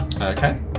Okay